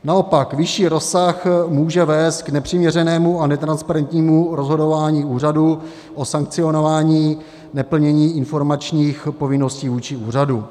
Naopak vyšší rozsah může vést k nepřiměřenému a netransparentnímu rozhodování úřadu o sankcionování neplnění informačních povinností vůči úřadu.